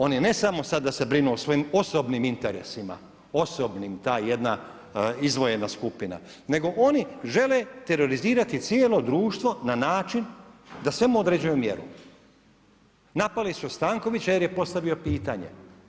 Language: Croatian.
Oni ne sad samo da se brinu o svojim osobnim interesima, osobnim, ta jedna izdvojena skupina, nego oni žele terorizirati cijelo društvo na način da svemu određuju mjeru, napali su Stankovića jer je postavio pitanje.